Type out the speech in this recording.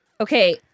Okay